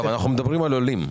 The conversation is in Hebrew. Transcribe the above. אבל אנחנו מדברים על עולים.